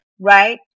right